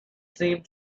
seemed